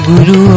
Guru